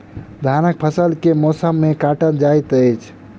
धानक फसल केँ मौसम मे काटल जाइत अछि?